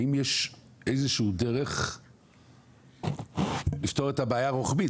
האם יש איזו שהיא דרך לפתור את הבעיה רוחבית?